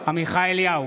עמיחי אליהו,